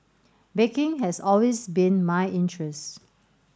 baking has always been my interest